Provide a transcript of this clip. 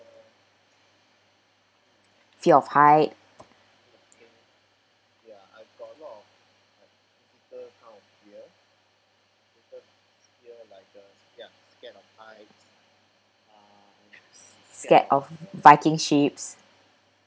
fear of height scared of viking ships